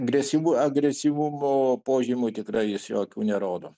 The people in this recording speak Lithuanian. agresyvu agresyvumo požymių tikrai jis jokių nerodo